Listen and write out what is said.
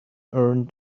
earned